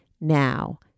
now